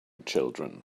children